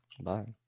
Bye